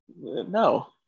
No